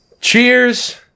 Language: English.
Cheers